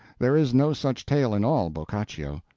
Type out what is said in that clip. there is no such tale in all boccaccio.